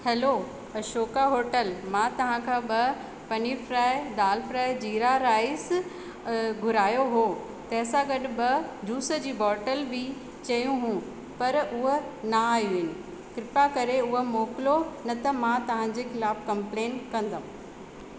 hello Ashoka hotel मां तव्हांखां ॿ पनीर फ्राए दालि फ्राए जीरा राइज़ घुरायो हुओ तंहिंसां गॾु ॿ जूस जी बोटल बि चइयूं हूं पर उअ ना आहियूं इन किरपा करे हुअ मोकिलो न त मां तव्हांजे खिलाफ कम्पलेन कंदमि